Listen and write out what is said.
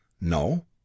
No